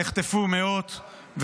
נחטפו מאות,